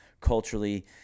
culturally